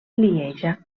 lieja